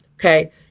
Okay